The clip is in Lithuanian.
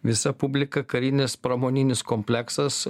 visa publika karinis pramoninis kompleksas